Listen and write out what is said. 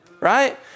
right